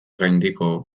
gaindiko